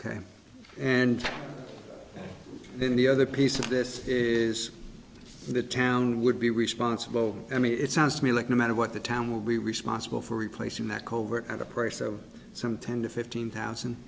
ok and then the other piece of this is the town would be responsible i mean it sounds to me like no matter what the town will be responsible for replacing that covert at the price of some ten to fifteen thousand